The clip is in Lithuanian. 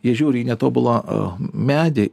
jie žiūri į netobulą medį